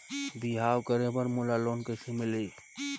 बिहाव करे बर मोला लोन कइसे मिलही?